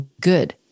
good